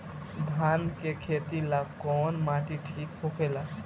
धान के खेती ला कौन माटी ठीक होखेला?